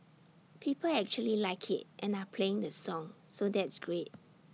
people actually like IT and are playing the song so that's great